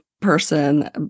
person